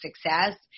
success